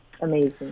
Amazing